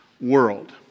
world